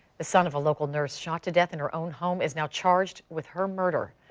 the son of a local nurse shot to death in her own home is now charged with her murder.